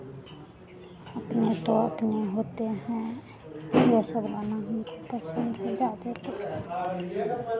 अपने तो अपने होते हैं तो वो सब गाना हमें पसंद है हम गाते हैं